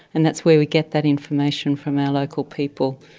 and that's where we get that information, from our local people.